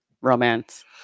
romance